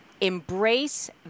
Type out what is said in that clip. embrace